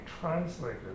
translated